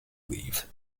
leave